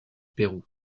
pérou